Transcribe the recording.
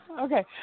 Okay